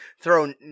throw